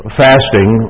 fasting